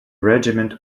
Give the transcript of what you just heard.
regiment